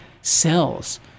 cells